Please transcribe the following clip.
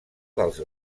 dels